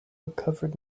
recovered